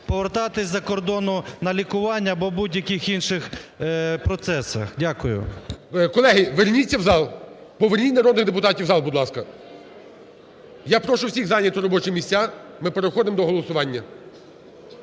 повертатися із-за кордону, на лікування або будь-яких інших процесах. Дякую. ГОЛОВУЮЧИЙ. Колеги, верніться в зал, поверніть народних депутатів в зал, будь ласка. Я прошу всіх зайняти робочі місця, ми переходимо до голосування,